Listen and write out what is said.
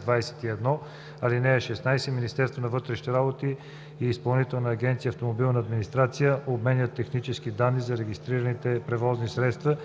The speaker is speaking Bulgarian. - 21: „(16) Министерството на вътрешните работи и Изпълнителна агенция „Автомобилна администрация“ обменят технически данни за регистрираните превозни средства